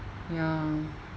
ya